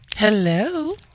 Hello